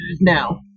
now